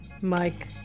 Mike